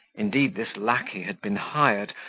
indeed this lacquey had been hired,